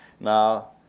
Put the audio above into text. Now